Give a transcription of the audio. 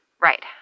Right